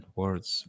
words